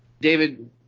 David